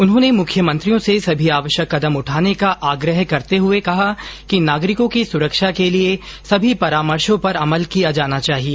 उन्होंने मुख्यमंत्रियों से सभी आवश्यक कदम उठाने का आग्रह करते हुए कहा कि नागरिकों की सुरक्षा के लिए सभी परामर्शों पर अमल किया जाना चाहिए